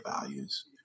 values